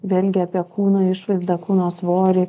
vėlgi apie kūno išvaizdą kūno svorį